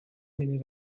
munud